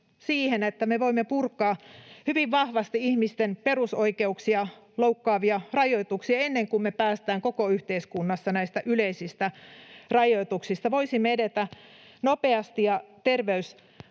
että me voimme purkaa hyvin vahvasti ihmisten perusoikeuksia loukkaavia rajoituksia ennen kuin me päästään koko yhteiskunnassa näistä yleisistä rajoituksista, voisimme edetä nopeasti ja